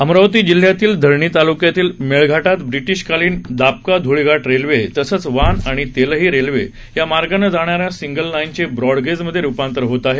अमरावती जिल्ह्यातील धारणी तालुक्यातील मेळघाटात ब्रिटिश कालीन दापका धुळघाट रेल्वे तसचं वान आणि तलही रेल्वे या मार्गाने जाणाऱ्या सिंगल लाईनचे ब्रॉडगेजमध्ये रुपांतर होत आहे